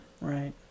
Right